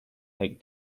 take